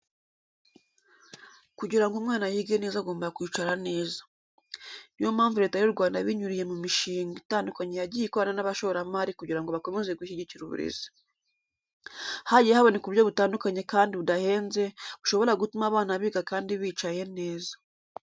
Kugira ngo umwana yige neza agomba kwicara neza. Ni yo mpamvu Leta y'u Rwanda binyuriye mu mishinga itandukanye yagiye ikorana n'abashoramari kugira ngo bakomeze gushyigikira uburezi. Hagiye haboneka uburyo butandukanye kandi budahenze, bushobora gutuma abana biga kandi bicaye neza.